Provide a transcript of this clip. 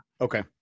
Okay